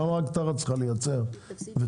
למה רק טרה צריכה לייצר ותנובה?